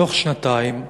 תוך שנתיים,